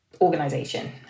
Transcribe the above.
organization